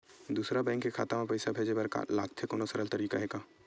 दूसरा बैंक के खाता मा पईसा भेजे बर का लगथे कोनो सरल तरीका हे का?